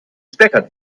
stecker